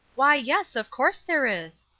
why, yes, of course there is,